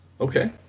Okay